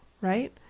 right